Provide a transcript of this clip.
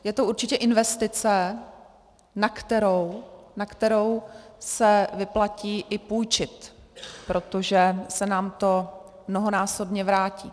Je to určitě investice, na kterou se vyplatí i půjčit, protože se nám to mnohonásobně vrátí.